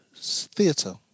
theatre